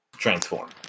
transform